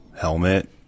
helmet